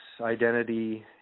identity